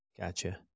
Gotcha